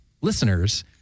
listeners